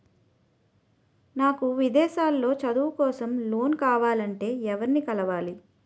నాకు విదేశాలలో చదువు కోసం లోన్ కావాలంటే ఎవరిని కలవాలి?